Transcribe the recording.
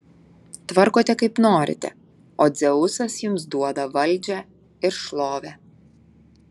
tvarkote kaip norite o dzeusas jums duoda valdžią ir šlovę